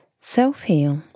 Self-heal